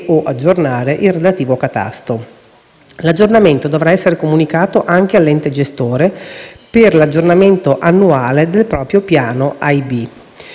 e/o aggiornare il relativo catasto. L'aggiornamento dovrà essere comunicato anche all'ente gestore per l'aggiornamento annuale del proprio piano